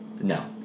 No